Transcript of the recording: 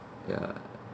ya